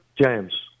James